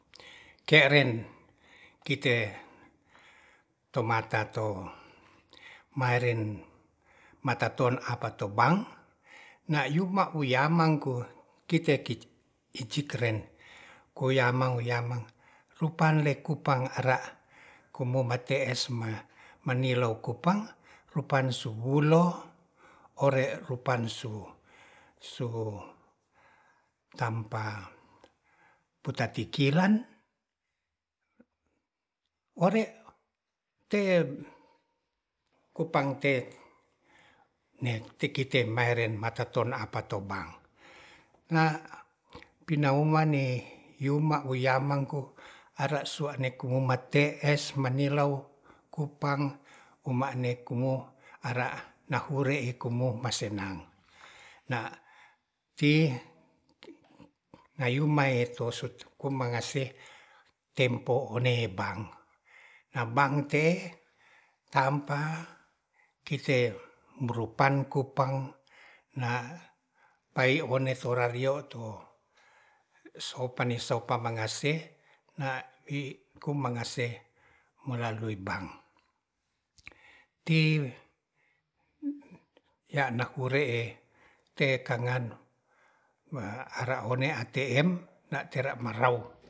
Ke'ren kite tomata tomaeren matato apato bank nayuma puyamang ku kite kit icikeren koyamang-yamang rupale kupang ara kumoma te'es ma manilo kupang rupan subulo ore rupan su su tampa putapikiran ore te kopang te ne ti kite maeren makaton apaton mang nga pinauman ne yuma uyamangku are suane' kuma te'es manilau kupang upane kumo ara nahure i kumu masenang na ti nayumae to ku mangase tempo one bank na bank te tampa kite berupan kupang na pai wone sorareo to sopani sopan mangase na i ku mangase melalui bank ti ya'na kure'e te kangan ara one atm na tera marauk